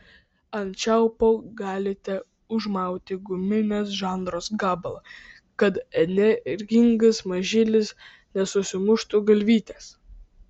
ant čiaupo galite užmauti guminės žarnos gabalą kad energingas mažylis nesusimuštų galvytės